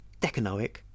decanoic